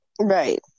Right